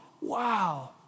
Wow